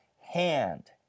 hand